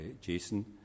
Jason